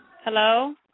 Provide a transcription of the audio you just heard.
Hello